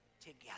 together